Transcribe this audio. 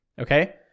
Okay